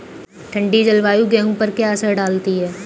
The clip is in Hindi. ठंडी जलवायु गेहूँ पर क्या असर डालती है?